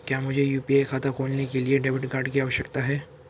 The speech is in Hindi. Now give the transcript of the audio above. क्या मुझे यू.पी.आई खाता खोलने के लिए डेबिट कार्ड की आवश्यकता है?